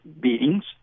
beatings